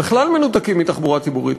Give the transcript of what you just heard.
בכלל מנותקים מתחבורה ציבורית,